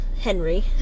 Henry